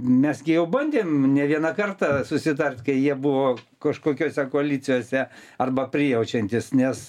mes gi jau bandėm ne vieną kartą susitart kai jie buvo kažkokiose koalicijose arba prijaučiantys nes